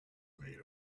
made